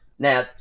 Now